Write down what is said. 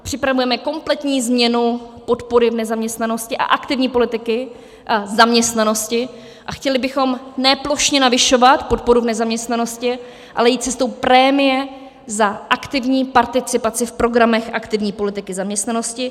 Připravujeme kompletní změnu podpory v nezaměstnanosti a aktivní politiky zaměstnanosti a chtěli bychom ne plošně navyšovat podporu v nezaměstnanosti, ale jít cestou prémie za aktivní participaci v programech aktivní politiky zaměstnanosti.